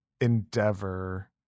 endeavor